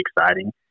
exciting